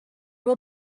will